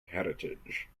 heritage